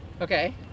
Okay